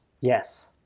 Yes